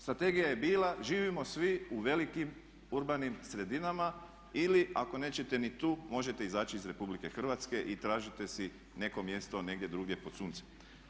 Strategija je bila živimo svi u velikim urbanim sredinama ili ako nećete ni tu možete izaći iz RH i tražite si neko mjesto negdje drugdje pod suncem.